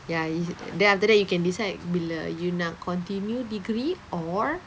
ya then after that you can decide bila you nak continue degree or